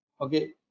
okay